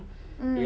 mm